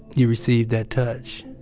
you received that touch.